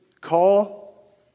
call